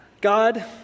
God